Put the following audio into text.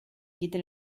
quite